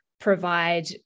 provide